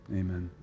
amen